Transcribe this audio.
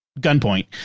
gunpoint